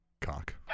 Cock